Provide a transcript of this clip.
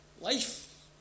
life